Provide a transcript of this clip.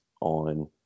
on